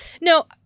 No